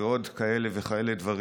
ועוד כאלה דברים.